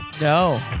No